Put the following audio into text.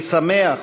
אני שמח,